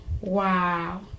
Wow